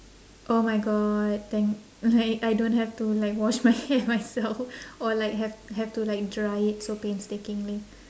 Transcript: oh my god thank like I don't have to like wash my hair myself or like have have to like dry it so painstakingly